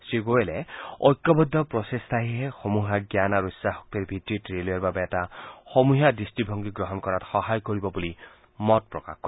শ্ৰীগোৱেলে ঐক্যবদ্ধ প্ৰচেষ্টাইহে সমূহীয়া জ্ঞান আৰু ইছাশক্তিৰ ভিত্তিত ৰে'লৱেৰ বাবে এটা সমূহীয়া দৃষ্টিভংগী গ্ৰহণ কৰাত সহায় কৰিব বুলি মত প্ৰকাশ কৰে